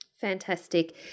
Fantastic